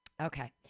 Okay